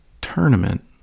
tournament